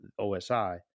OSI